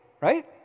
Right